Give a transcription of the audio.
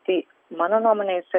tai mano nuomone